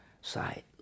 sight